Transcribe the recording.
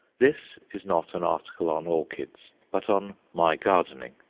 this is not an article on orchids, but on my gardening,